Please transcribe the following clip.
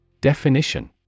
Definition